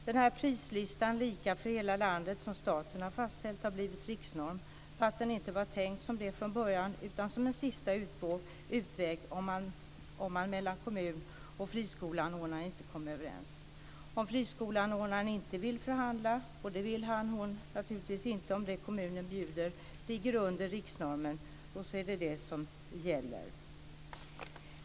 Den här prislistan, lika för hela landet, som staten har fastställt, har blivit riksnorm fast den inte var tänkt som det från början. Den var tänkt som en sista utväg om man mellan kommun och friskoleanordnare inte kom överens. Om friskoleanordnaren inte vill förhandla, och det vill han eller hon naturligtvis inte om det kommunen bjuder ligger under riksnormen, då är det detta som gäller.